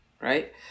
right